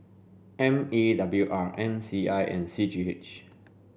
M E W R M C I and C G H